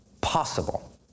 possible